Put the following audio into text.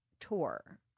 Tour